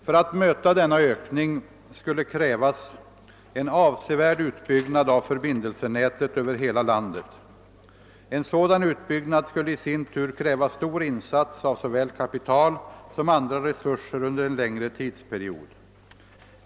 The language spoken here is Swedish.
För att möta denna ökning skulle krävas en avsevärd utbyggnad av förbindelsenätet över hela landet. En sådan utbyggnad skulle i sin tur kräva stor insats av såväl kapital som andra resurser under en längre tidsperiod.